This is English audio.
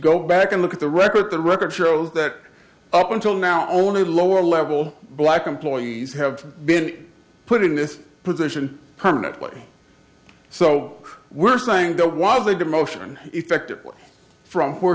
go back and look at the record the record shows that up until now only lower level black employees have been put in this position permanently so we're saying that was a demotion effective way from where